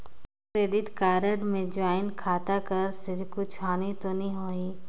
Credit card मे joint खाता कर से कुछ हानि तो नइ होही?